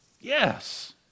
Yes